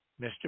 Mr